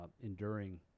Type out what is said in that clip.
enduring